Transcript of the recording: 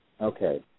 Okay